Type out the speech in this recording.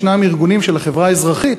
יש ארגונים של החברה האזרחית